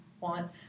want